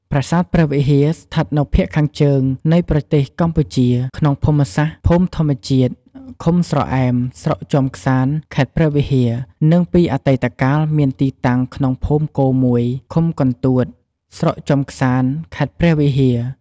ប្រាសាទព្រះវិហារ ស្ថិតនៅភាគខាងជើងនៃប្រទេសកម្ពុជាក្នុងភូមិសាស្ត្រ ភូមិធម្មជាតិ ឃុំស្រអែម ស្រុកជាំខ្សាន្ត ខេត្តព្រះវិហារ និងពីអតីកាលមានទីតាំងក្នុងភូមិគ១ ឃុំកន្ទួត ស្រុកជាំក្សាន្ត ខេត្តព្រះវិហារ។